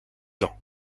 ans